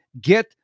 get